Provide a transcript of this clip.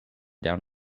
down